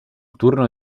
turno